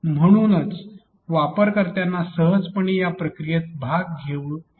आणि म्हणूनच वापरकर्ता सहजपणे या प्रक्रियेत भाग घेऊ शकणार नाही